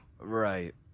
right